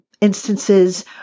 instances